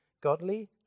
godly